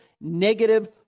negative